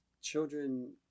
Children